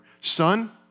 son